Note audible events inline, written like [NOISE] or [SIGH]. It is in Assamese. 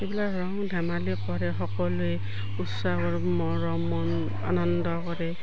এইেবিলাক ৰং ধেমালি কৰে সকলোৱে [UNINTELLIGIBLE] মৰম মন আনন্দ কৰে